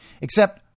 Except-